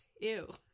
ew